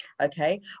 okay